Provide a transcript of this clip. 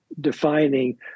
defining